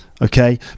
okay